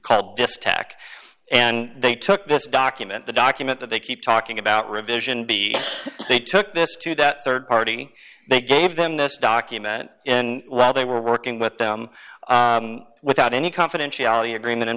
called just tack and they took this document the document that they keep talking about revision be they took this to that rd party they gave them this document in while they were working with them without any confidentiality agreement in